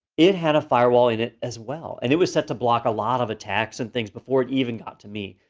it had a firewall in it as well. and it was set to block a lot of attacks and things before it even got to me,